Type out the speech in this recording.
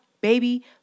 baby